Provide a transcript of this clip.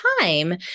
time